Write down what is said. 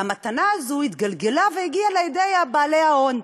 והמתנה הזאת התגלגלה והגיעה לידי בעלי ההון.